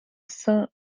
saint